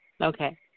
Okay